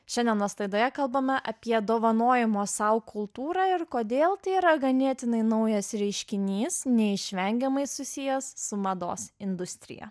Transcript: šiandienos laidoje kalbame apie dovanojimo sau kultūrą ir kodėl tai yra ganėtinai naujas reiškinys neišvengiamai susijęs su mados industrija